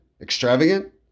extravagant